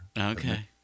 Okay